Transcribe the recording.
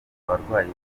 abarwayi